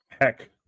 heck